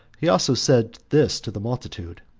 he also said this to the multitude,